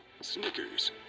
Snickers